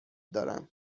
دارم